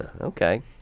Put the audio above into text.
Okay